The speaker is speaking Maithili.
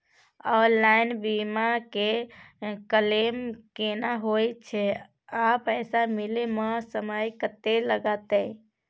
ऑनलाइन बीमा के क्लेम केना होय छै आ पैसा मिले म समय केत्ते लगतै?